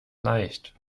leicht